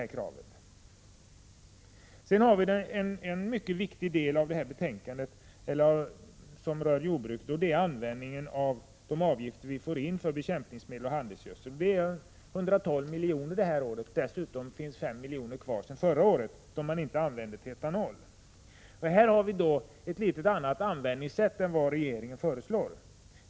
Sedan kommer jag till en mycket väsentlig del i detta betänkande som rör jordbruket, och det är användningen av de avgifter som flyter in för bekämpningsmedel och handelsgödsel. Det blir 112 milj.kr. detta år. Dessutom finns 5 milj.kr. kvar sedan förra året, som man inte använde till etanolframställning. Här föreslår vi ett litet annorlunda användningssätt än regeringen.